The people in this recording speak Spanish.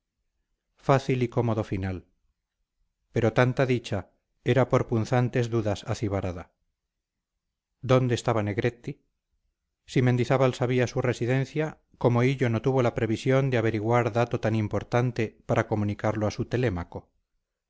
fácil y cómodo final pero tanta dicha era por punzantes dudas acibarada dónde estaba negretti si mendizábal sabía su residencia cómo hillo no tuvo la previsión de averiguar dato tan importante para comunicarlo a su telémaco